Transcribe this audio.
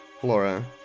Flora